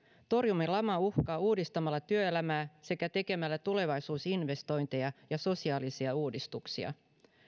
torjumme laman uhkaa uudistamalla työelämää sekä tekemällä tulevaisuusinvestointeja ja sosiaalisia uudistuksia